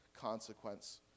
consequence